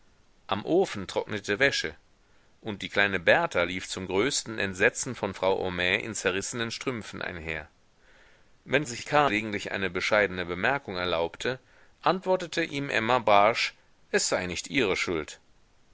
am ofen trocknete wäsche und die kleine berta lief zum größten entsetzen von frau homais in zerrissenen strümpfen einher wenn sich karl gelegentlich eine bescheidene bemerkung erlaubte antwortete ihm emma barsch es sei nicht ihre schuld